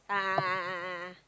a'ah a'ah a'ah